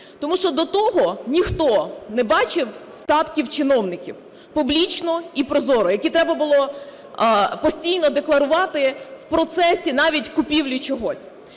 Тому що до того ніхто не бачив статків чиновників публічно і прозоро, які треба було постійно декларувати в процесі навіть купівлі чогось.